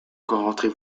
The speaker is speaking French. rentrez